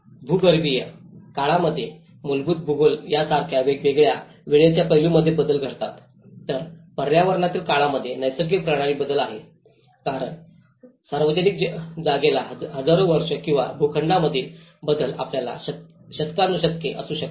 भूगर्भीय भूगर्भीय काळामध्ये मूलभूत भूगोल यासारख्या वेगवेगळ्या वेळेच्या पैलूंमध्ये बदल घडतात तर पर्यावरणीय काळामध्ये नैसर्गिक प्रणाली बदलत जाते कारण सार्वजनिक जागेत हजारो वर्षे किंवा भूखंडांमधील बदल आपल्या शतकानुशतके असू शकतात